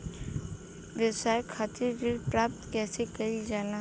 व्यवसाय खातिर ऋण प्राप्त कइसे कइल जाला?